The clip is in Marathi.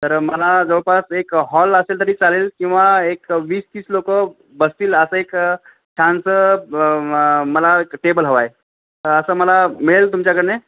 तर मला जवळपास एक हॉल असेल तरी चालेल किंवा एक वीस तीस लोक बसतील असं एक छानसं मला टेबल हवा आहे असं मला मिळेल तुमच्याकडून